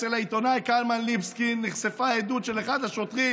אצל העיתונאי קלמן ליבסקינד נחשפה עדות של אחד השוטרים,